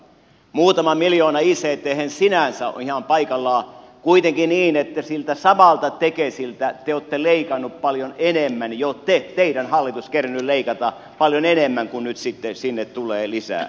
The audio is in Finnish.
muutama miljoona icthen sinänsä on ihan paikallaan kuitenkin niin että siltä samalta tekesiltä te olette leikanneet paljon enemmän jo teidän hallitus on kerinnyt leikata paljon enemmän kuin nyt sitten sinne tulee lisää